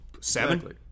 seven